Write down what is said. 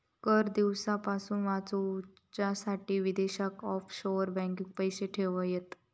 कर दिवच्यापासून वाचूच्यासाठी विदेशात ऑफशोअर बँकेत पैशे ठेयतत